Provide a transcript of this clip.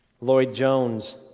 Lloyd-Jones